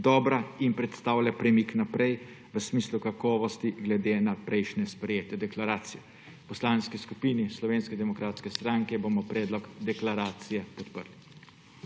dobra in predstavlja premik naprej v smislu kakovosti glede na prejšnje sprejete deklaracije. V Poslanski skupini Slovenske demokratske stranke bomo predlog deklaracije podprli.